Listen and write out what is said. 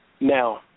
Now